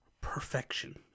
perfection